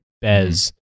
Bez